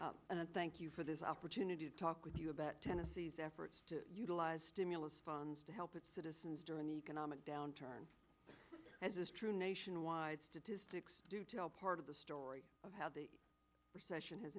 chairman thank you for this opportunity to talk with you about tennessee's efforts to utilize stimulus funds to help its citizens during the economic downturn as is true nationwide statistics part of the story of how the recession has